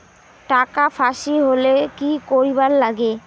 টাকা ফাঁসি গেলে কি করিবার লাগে?